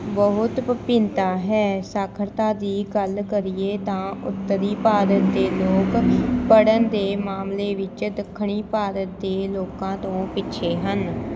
ਬਹੁਤ ਵਿਭਿੰਨਤਾ ਹੈ ਸਾਖਰਤਾ ਦੀ ਗੱਲ ਕਰੀਏ ਤਾਂ ਉੱਤਰੀ ਭਾਰਤ ਦੇ ਲੋਕ ਪੜ੍ਹਨ ਦੇ ਮਾਮਲੇ ਵਿੱਚ ਦੱਖਣੀ ਭਾਰਤ ਦੇ ਲੋਕਾਂ ਤੋਂ ਪਿੱਛੇ ਹਨ